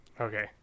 Okay